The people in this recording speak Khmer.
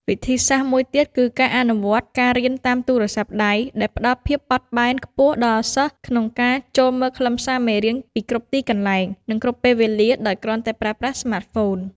វិធីសាស្ត្រមួយទៀតគឺការអនុវត្ត ការរៀនតាមទូរសព្ទដៃ ដែលផ្តល់ភាពបត់បែនខ្ពស់ដល់សិស្សក្នុងការចូលមើលខ្លឹមសារមេរៀនពីគ្រប់ទីកន្លែង និងគ្រប់ពេលវេលាដោយគ្រាន់តែប្រើប្រាស់ស្មាតហ្វូន។